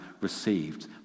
received